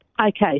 Okay